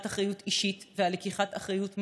אחריות אישית ועל לקיחת אחריות ממלכתית,